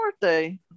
birthday